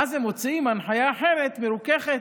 ואז הם מוציאים הנחיה אחרת, מרוככת,